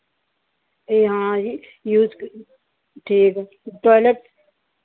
ई हाँ यूज़ ठीक है टॉयलेट